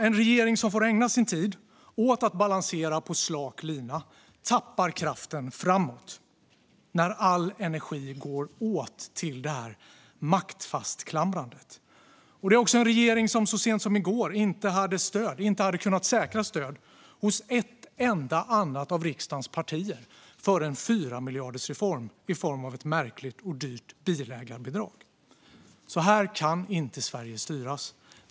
En regering som får ägna sin tid åt att balansera på slak lina tappar kraften framåt när all energi går åt till detta fastklamrande vid makten. Det är också en regering som så sent som i går inte hade kunnat säkra stöd hos ett enda annat parti i riksdagen för en 4-miljardersreform i form av ett märkligt och dyrt bilägarbidrag. Så här kan inte Sverige styras.